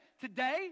Today